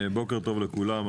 בוקר טוב לכולם,